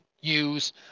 use